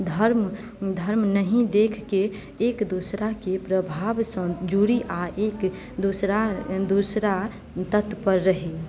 धर्म धर्म नहि देखके एक दोसराके प्रभावसँ जुड़ी आ एक दोसरा दोसरा तत्पर रही